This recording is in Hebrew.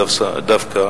דווקא